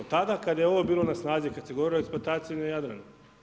Tada kada je ovo bilo na snazi, kada se govorilo o eksploataciji na Jadranu.